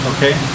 Okay